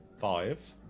five